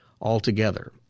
altogether